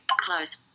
Close